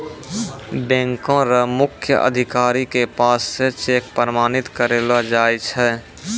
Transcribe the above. बैंको र मुख्य अधिकारी के पास स चेक प्रमाणित करैलो जाय छै